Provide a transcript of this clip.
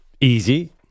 easy